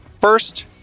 first